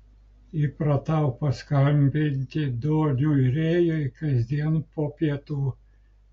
įpratau paskambinti doniui rėjui kasdien po pietų